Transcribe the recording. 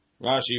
Rashi